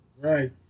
Right